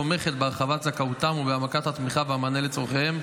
תומכת בהרחבת זכאותם ובהעמקת התמיכה והמענה לצורכיהם.